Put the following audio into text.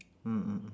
mm mm mm